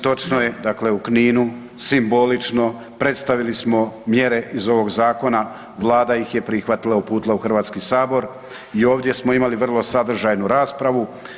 Točno je, dakle u Kninu simbolično predstavili smo mjere iz ovog zakona, Vlada ih je prihvatila, uputila u Hrvatski sabor i ovdje smo imali vrlo sadržajnu raspravu.